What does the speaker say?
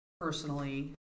personally